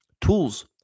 tools